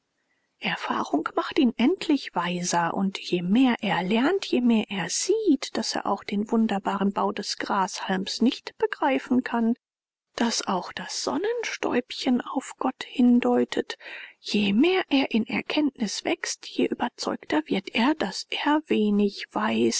erfahrung macht ihn endlich weiser und je mehr er lernt je mehr sieht er daß er auch den wunderbaren bau des grashalms nicht begreifen kann daß auch das sonnenstäubchen auf gott hindeutet je mehr er in erkenntnis wächst je überzeugter wird er daß er wenig weiß